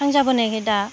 थांजाबोनायखाय दा